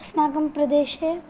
अस्माकं प्रदेशे